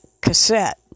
cassette